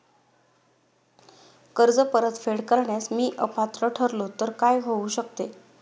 कर्ज परतफेड करण्यास मी अपात्र ठरलो तर काय होऊ शकते?